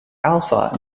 alpha